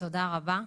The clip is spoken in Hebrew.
תודה רבה.